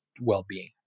well-being